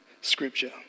Scripture